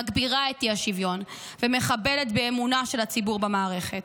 מגבירה את האי-שוויון ומחבלת באמונה של הציבור במערכת.